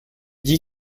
dit